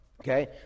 Okay